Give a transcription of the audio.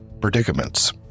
predicaments